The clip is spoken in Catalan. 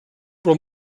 però